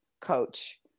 coach